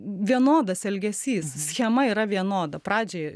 vienodas elgesys schema yra vienoda pradžioj